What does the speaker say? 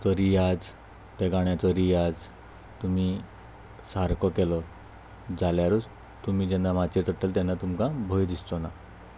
जो रियाज ते गाण्याचो रियाज तुमी सारको केलो जाल्यारूच तुमी जेन्ना माचयेर चडटले तेन्ना तुमकां भंय दिसचो ना